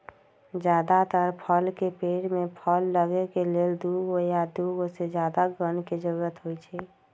जदातर फल के पेड़ में फल लगे के लेल दुगो या दुगो से जादा गण के जरूरत होई छई